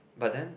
but then